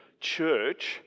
church